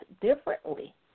differently